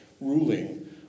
ruling